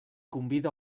convida